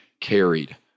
carried